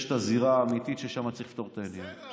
יש את הזירה האמיתית ששם צריך לפתור את העניין.